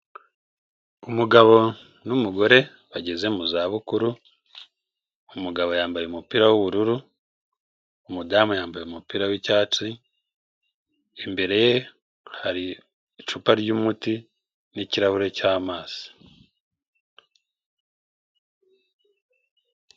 Umugabo n'umugore bageze mu zabukuru, umugabo yambaye umupira w'ubururu, umudamu yambaye umupira w'icyatsi, imbere ye hari icupa ry'umuti n'ikirahure cy'amazi.